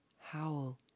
howl